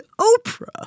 Oprah